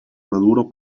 maduro